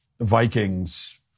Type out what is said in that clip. Vikings